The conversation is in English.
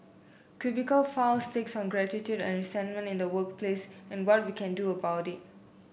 cubicle files takes on gratitude and resentment in the workplace and what we can do about it